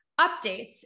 updates